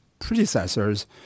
predecessors